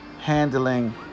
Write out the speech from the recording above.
handling